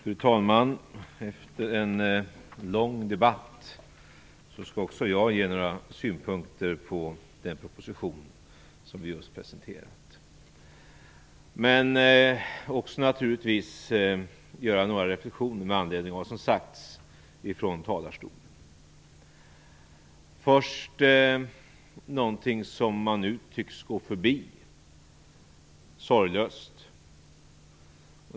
Fru talman! Efter en lång debatt skall också jag ge några synpunkter på den proposition som vi just presenterat, men också, naturligtvis, göra några reflexioner med anledning av det som sagts från talarstolen. Först till någonting som man just nu sorglöst tycks gå förbi.